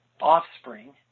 offspring